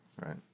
Right